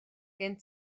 gen